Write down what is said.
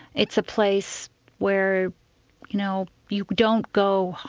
it's a place where you know you don't go,